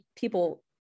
people